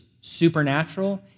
supernatural